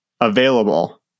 available